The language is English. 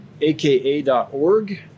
aka.org